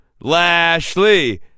Lashley